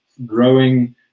growing